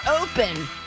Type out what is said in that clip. open